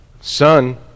son